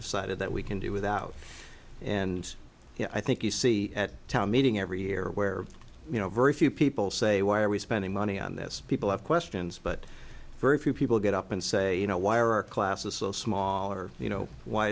decided that we can do without and i think you see at a town meeting every year where you know very few people say why are we spending money on this people have questions but very few people get up and say you know why are our classes so smaller you know why